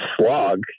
slog